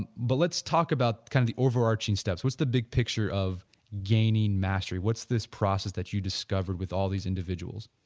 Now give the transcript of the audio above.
and but let's talk about kind of overarching steps, what's the big picture of gaining mastery, what's this process that you discover with all these individuals?